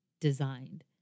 designed